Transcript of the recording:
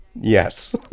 Yes